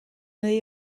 neu